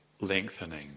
lengthening